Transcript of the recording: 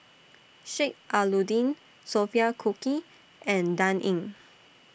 Sheik Alau'ddin Sophia Cooke and Dan Ying